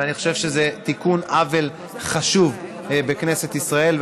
אני חושב שזה תיקון עוול חשוב בכנסת ישראל,